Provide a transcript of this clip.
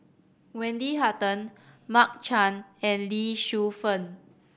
Wendy Hutton Mark Chan and Lee Shu Fen